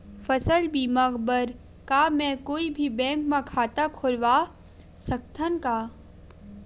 फसल बीमा बर का मैं कोई भी बैंक म खाता खोलवा सकथन का?